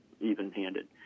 even-handed